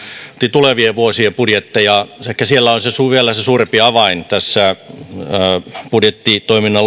tulevien vuosien budjetteja ehkä siellä on se vielä suurempi avain tähän budjettitoiminnan